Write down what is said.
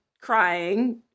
crying